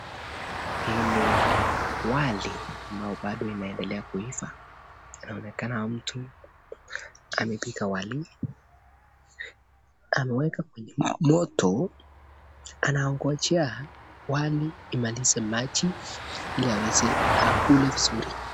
Hii ni wali ambayo bado inaedelea kuiva inaonekana mtu amepika wali , ameweka kwenye moto anaongojea wali imalize maji ili aweze akule vizuri.